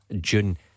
June